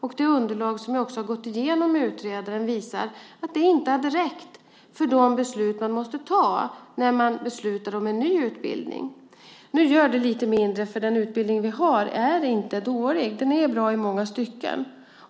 Och det underlag som jag också har gått igenom med utredaren visar att det inte hade räckt för de beslut man måste ta när man beslutar om en ny utbildning. Nu gör det lite mindre, för den utbildning som vi har är inte dålig. Den är i många stycken bra.